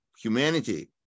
humanity